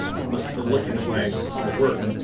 you must have been looking at my my work